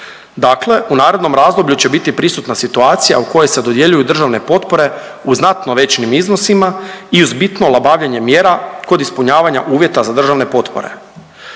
dakle u narednom razdoblju će biti prisutna situacija u kojoj se dodjeljuju državne potpore u znatno većim iznosima i uz bitno olabavljenje mjera kod ispunjavanja uvjeta za državne potpore.